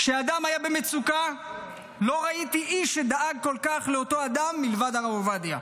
כשאדם היה במצוקה לא ראיתי איש שדאג כל כך לאותו האדם מלבד הרב עובדיה.